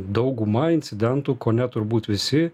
dauguma incidentų kone turbūt visi